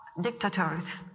dictators